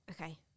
Okay